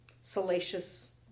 salacious